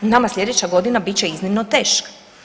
Nama sljedeća godina bit će iznimno teška.